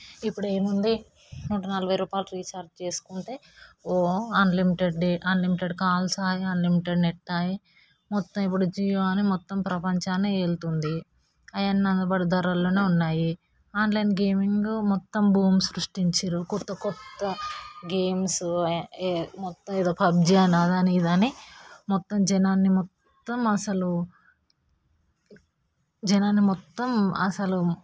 ఇప్పుడు ఏముంది నూట నలభై రూపాయలకి రీచార్జ్ చేసుకుంటే ఓ అన్లిమిటెడ్ అన్లిమిటెడ్ కాల్స్ ఆయే అన్లిమిటెడ్ నెట్ ఆయే మొత్తం ఇప్పుడు జియో అనేది ప్రపంచాన్నే ఏలుతుంది అవన్నీ అందుబాటు ధరల్లోనే ఉన్నాయి ఆన్లైన్ గేమింగ్ మొత్తం భూమిని సృష్టించిండ్రు కొత్త కొత్త గేమ్స్ మొత్తం ఏదో పబ్జి అదని ఇదని మొత్తం జనాన్ని మొత్తం అసలు జనాన్ని మొత్తం అసలు